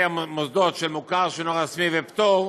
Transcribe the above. המוסדות של המוכר שאינו רשמי ופטור,